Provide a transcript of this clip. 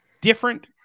different